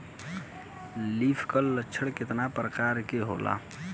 Leaf curl लक्षण केतना परकार के होला?